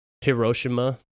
Hiroshima